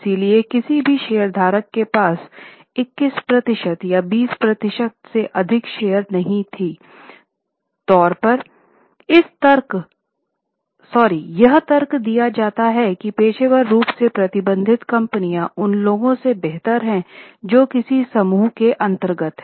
इसलिए किसी भी शेयरधारक के पास 21 प्रतिशत या 20 प्रतिशत से अधिक शेयर नहीं थी तौर पर यह तर्क यह दिया जाता है कि पेशेवर रूप से प्रबंधित कंपनियां उन लोगों से बेहतर हैं जो किसी समूह के अंतर्गत हैं